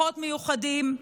לכוחות מיוחדים,